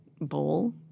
bowl